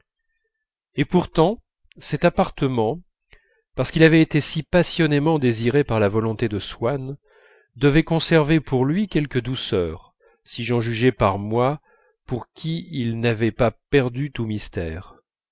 et pourtant cet appartement parce qu'il avait été si passionnément désiré par la volonté de swann devait conserver pour lui quelque douceur si j'en jugeais par moi pour qui il n'avait pas perdu tout mystère